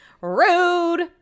Rude